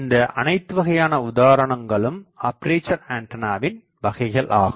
இந்த அனைத்துவகையான உதாரணங்களும் அப்பேசர் ஆண்டனாவின் வகைகள் ஆகும்